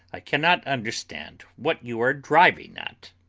i cannot understand what you are driving at.